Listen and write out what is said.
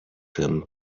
him